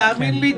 תאמין לי,